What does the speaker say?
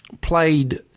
played